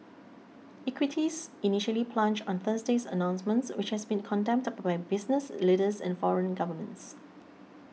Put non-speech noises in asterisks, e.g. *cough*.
equities initially plunged on Thursday's announcement which has been condemned *unintelligible* by business leaders and foreign governments